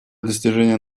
достижения